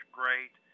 great